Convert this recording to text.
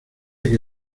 que